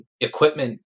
equipment